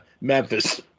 Memphis